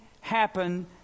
happen